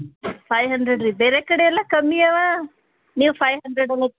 five ಹಂಡ್ರೆಡ್ರೀ ಬೇರೆ ಕಡೆಯೆಲ್ಲ ಕಮ್ಮಿ ಅವೆ ನೀವು ಫೈವ್ ಹಂಡ್ರೆಡ್ ಅನ್ನ